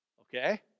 Okay